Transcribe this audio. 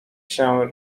się